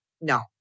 no